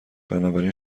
بنابراین